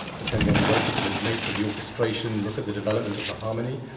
depending on the work look at the nature of the orchestration, look at the development of the harmony.